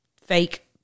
fake